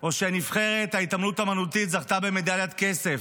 או כשנבחרת ההתעמלות האומנותית זכתה במדליית כסף,